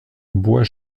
bois